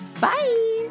Bye